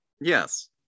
Yes